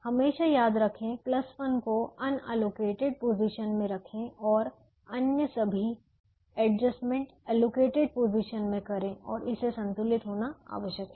हमेशा याद रखें 1 को अनएलोकेटेड पोजीशन में रखें और अन्य सभी एडजस्टमेंट एलोकेटेड पोजीशन में करें और इसे संतुलित होना आवश्यक है